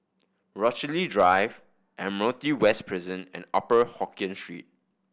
Rochalie Drive Admiralty West Prison and Upper Hokkien Street